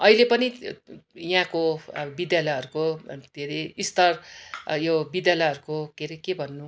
अहिले पनि यहाँको अब विद्यालयहरको धेरै स्तर यो विद्यालयहरको के अरे के भन्नु